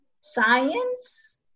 science